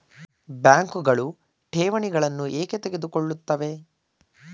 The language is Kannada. ಬ್ಯಾಂಕುಗಳು ಠೇವಣಿಗಳನ್ನು ಏಕೆ ತೆಗೆದುಕೊಳ್ಳುತ್ತವೆ?